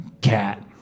cat